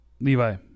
Levi